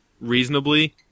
reasonably